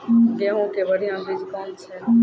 गेहूँ के बढ़िया बीज कौन छ?